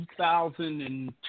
2002